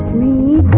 me